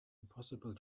impossible